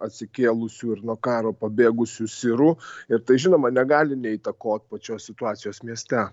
atsikėlusių ir nuo karo pabėgusių sirų ir tai žinoma negali neįtakot pačios situacijos mieste